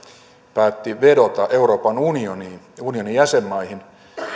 päätti vedota euroopan unioniin ja unionin jäsenmaihin